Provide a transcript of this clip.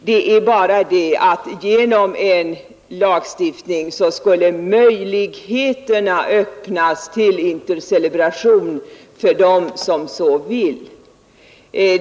Det är bara det att genom en lagstiftning skulle möjligheterna öppnas till intercelebration för dem som så vill.